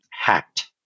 hacked